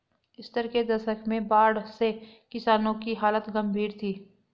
सत्तर के दशक में बाढ़ से किसानों की हालत गंभीर थी